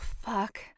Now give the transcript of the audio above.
fuck